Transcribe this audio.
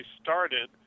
started